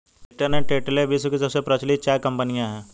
Lipton and Tetley विश्व की सबसे प्रचलित चाय कंपनियां है